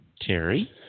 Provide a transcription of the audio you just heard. Terry